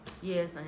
yes